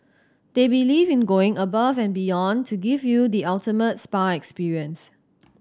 they believe in going above and beyond to give you the ultimate spa experience